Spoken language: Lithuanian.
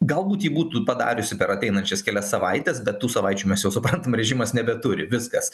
galbūt ji būtų padariusi per ateinančias kelias savaites bet tų savaičių mes jau suprantam režimas nebeturi viskas